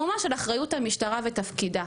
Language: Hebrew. ממש של אחריות המשטרה ותפקידה.